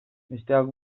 besteak